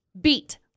Beat